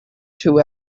two